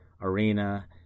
arena